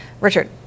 Richard